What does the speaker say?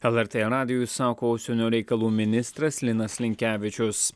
lrt radijui sako užsienio reikalų ministras linas linkevičius